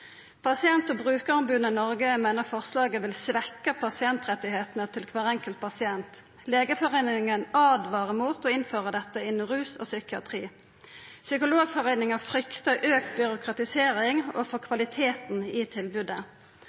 Pasient- og brukaromboda i Noreg meiner forslaget vil svekkja pasientrettane til kvar enkelt pasient. Legeforeininga åtvarar mot å innføra dette innanfor rus og psykiatri. Psykologforeininga fryktar auka byråkratisering, og den fryktar for kvaliteten på tilbodet.